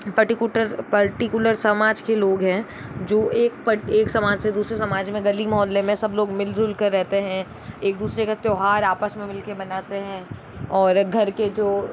particular समाज के लोग हैं जो एक पार्ट एक समाज से दूसरे समाज में गली मोहल्ले में सब लोग मिल जुल कर रहते हैं एक दुसरे के त्यौहार आपस में मिल कर मनाते हैं और एक घर के जो